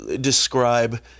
describe